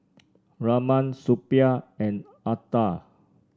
Raman Suppiah and Atal